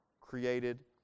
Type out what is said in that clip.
created